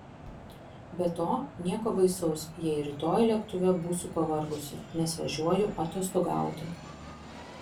be to nieko baisaus jei rytoj lėktuve būsiu pavargusi nes važiuoju atostogauti